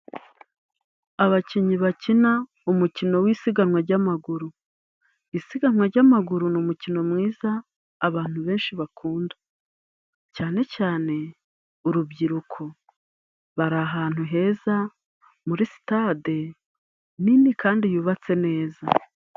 Abakinnyi bakina umukino w'isiganwa ry'amaguru. Isiganwa ry'amaguru ni umukino mwiza abantu benshi bakunda, cyane cyane urubyiruko. Bari ahantu heza muri sitade nini, kandi yubatse neza.